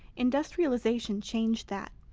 industrialization changed that.